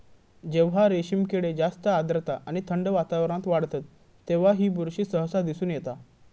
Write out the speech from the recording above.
जेव्हा रेशीम किडे जास्त आर्द्रता आणि थंड वातावरणात वाढतत तेव्हा ही बुरशी सहसा दिसून येता